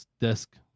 desk